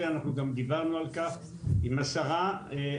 גם דיברנו על כך עם השרה.